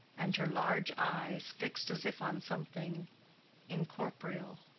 and her large eyes fixed as if on something incorporeal.